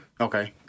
Okay